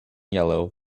yellow